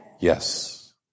yes